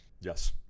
Yes